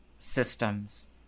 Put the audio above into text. systems